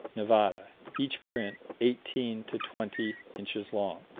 nevada each print eighteen to twenty inches long.